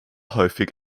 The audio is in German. häufig